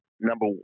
number